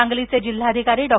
सांगलीचे जिल्हाधिकारी डॉ